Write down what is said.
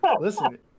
Listen